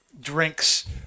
drinks